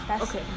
okay